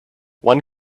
one